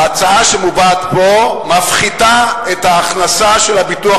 ההצעה שמובאת פה מפחיתה את ההכנסה של הביטוח